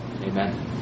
Amen